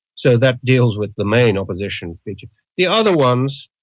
so that deals with the main opposition. the other ones,